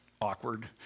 awkward